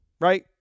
right